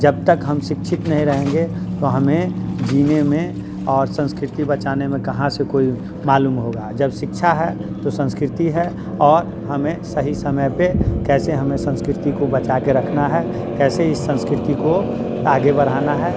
जब तक हम शिक्षित नहीं रहेंगे तो हमें जीने में और संस्कृति बचाने में कहाँ से कोई मालूम होगा जब शिक्षा है तो संस्कृति है और हमें सही समय पे कैसे हमे संस्कृति को बचा के रखना है कैसे इस संस्कृति को आगे बढ़ाना है